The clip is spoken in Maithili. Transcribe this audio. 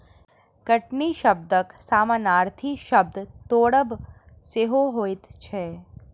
कटनी शब्दक समानार्थी शब्द तोड़ब सेहो होइत छै